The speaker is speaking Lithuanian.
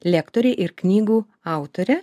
lektorė ir knygų autorė